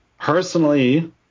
personally